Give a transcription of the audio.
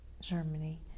germany